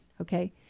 okay